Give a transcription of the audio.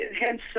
hence